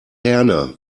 herne